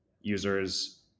users